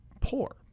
poor